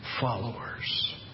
followers